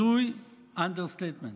הזוי, אנדרסטייטמנט.